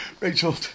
Rachel